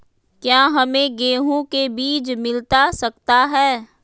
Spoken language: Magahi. क्या हमे गेंहू के बीज मिलता सकता है?